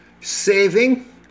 Saving